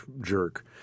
jerk